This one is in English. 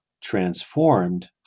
transformed